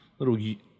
Little